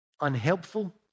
unhelpful